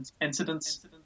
incidents